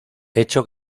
hecho